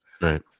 Right